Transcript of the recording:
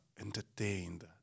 entertained